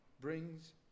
brings